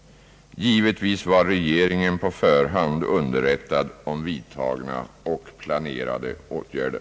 Givetvis var regeringen på förhand underrättad om vidtagna och planerade åtgärder.